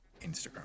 instagram